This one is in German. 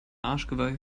arschgeweih